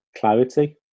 clarity